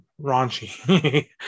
raunchy